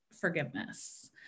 forgiveness